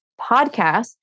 podcast